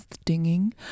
stinging